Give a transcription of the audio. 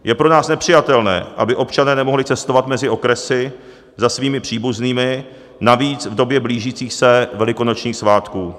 Je pro nás nepřijatelné, aby občané nemohli cestovat mezi okresy za svými příbuznými, navíc v době blížících se velikonočních svátků.